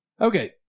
Okay